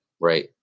Right